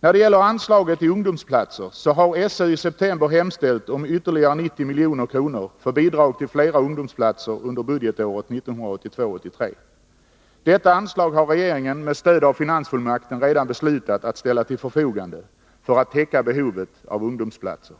När det gäller anslaget till ungdomsplatser har SÖ i september hemställt om ytterligare 90 milj.kr. för bidrag till flera ungdomsplatser under budgetåret 1982/83. Detta anslag har regeringen med stöd av finansfullmakten redan beslutat att ställa till förfogande för att täcka behovet av ungdomsplatser.